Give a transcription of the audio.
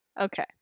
Okay